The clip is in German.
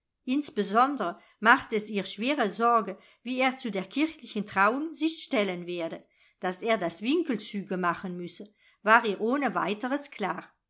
insbesondere machte es ihr schwere sorge wie er zu der kirchlichen trauung sich stellen werde daß er da winkelzüge machen müsse war ihr ohne weiteres klar